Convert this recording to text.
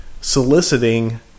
soliciting